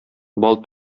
бал